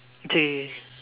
okay